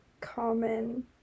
common